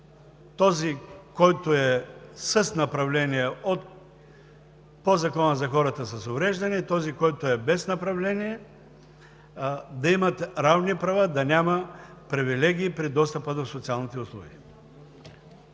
този, който е с направление по Закона за хората с увреждания, и този, който е без направление, да имат равни права, да няма привилегии при достъпа до социалните услуги.